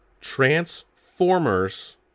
Transformers